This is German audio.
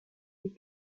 ich